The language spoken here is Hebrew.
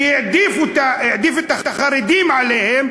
שהעדיף את החרדים עליהם,